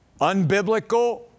unbiblical